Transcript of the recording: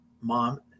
mom